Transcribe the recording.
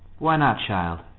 why not, child?